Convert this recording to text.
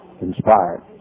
inspired